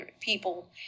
people